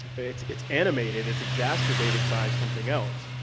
it's it's animated, it's exacerbated by something else,